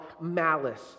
malice